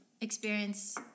experience